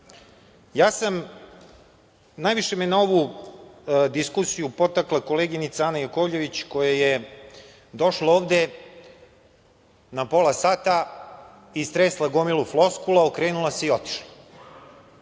urađeno. Najviše me je na ovu diskusija potakla koleginica Ana Jakovljević koja je došla ovde na pola sata, istresla gomilu floskula, okrenula se i otišla.